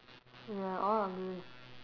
ya all ugly